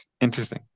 Interesting